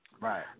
Right